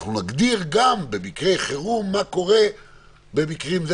אנחנו נגדיר גם מה קורה במקרה חירום.